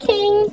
King